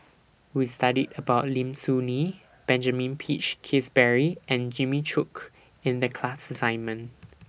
We studied about Lim Soo Ngee Benjamin Peach Keasberry and Jimmy Chok in The class assignment